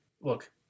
Look